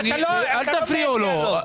אל תפריעו לו.